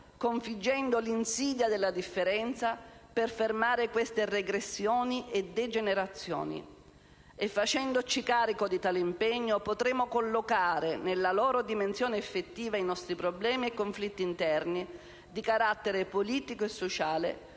«configgendo l'insidia dell'indifferenza, per fermare queste regressioni e degenerazioni». Facendoci carico di tale impegno «potremo collocare nella loro dimensione effettiva i nostri problemi e conflitti interni, di carattere politico e sociale,